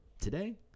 today